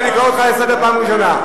אני קורא אותך לסדר פעם ראשונה.